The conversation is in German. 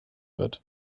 wird